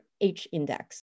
H-index